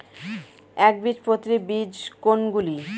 একবীজপত্রী বীজ কোন গুলি?